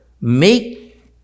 make